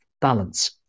balance